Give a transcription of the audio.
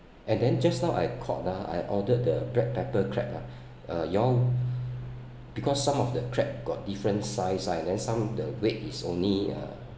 and then just now I called ah I ordered the black pepper crab ah uh you all because some of the crab got different size and then some the weight is only uh